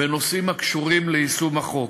בנושאים הקשורים ליישום החוק.